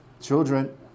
children